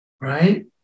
right